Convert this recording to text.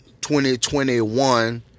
2021